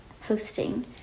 hosting